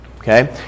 Okay